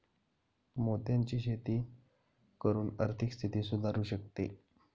मोत्यांची शेती करून आर्थिक स्थिती सुधारु शकते